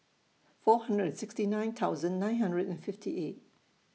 four hundred and sixty nine thousand nine hundred and fifty eight